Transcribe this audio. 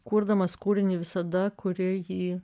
kurdamas kūrinį visada kurie jį